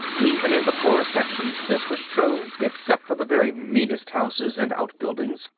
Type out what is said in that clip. even in the poorer sections, this was true except for the very meanest houses and out-buildings,